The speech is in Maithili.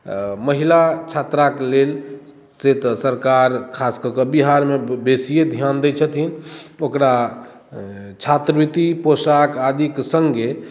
अऽ महिला छात्रा के लेल से तऽ सरकार खास कऽ कऽ बिहार मे बेसिए ध्यान दै छथिन ओकरा अऽ छात्रावृत्ति पौषाक आदि के सङ्गे